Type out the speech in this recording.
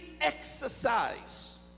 exercise